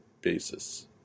basis